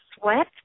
sweat